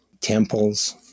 temples